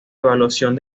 evaluación